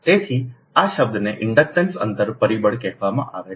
તેથી આ શબ્દને ઇન્ડક્ટન્સ અંતર પરિબળ કહેવામાં આવે છે